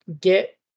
get